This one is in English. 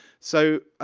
so,